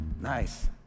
nice